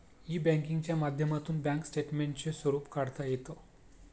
E बँकिंगच्या माध्यमातून bank स्टेटमेंटचे स्वरूप काढता येतं